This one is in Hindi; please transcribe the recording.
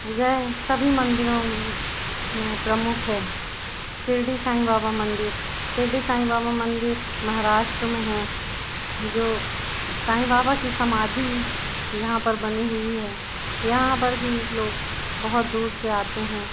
यह सभी मंदिरों में प्रमुख है शिर्डी साईं बाबा मंदिर शिर्डी साईं बाबा मंदिर महाराष्ट्र में है जो साईं बाबा की समाधि यहाँ पर बनी हुई है यहाँ पर भी लोग बहुत दूर से आते हैं